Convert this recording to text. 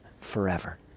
forever